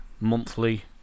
monthly